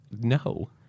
No